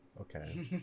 Okay